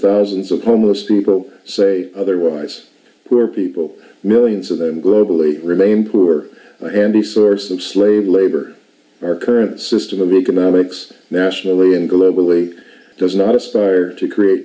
thousands of homeless people say otherwise poor people millions of them globally remain poor and the source of slave labor our current system of economics nationally and globally does not aspire to create